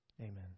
Amen